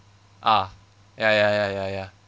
ah ya ya ya ya ya